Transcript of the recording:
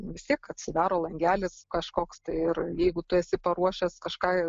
vis tiek atsidaro langelis kažkoks ir jeigu tu esi paruošęs kažką